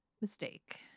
mistake